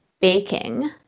baking